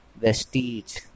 vestige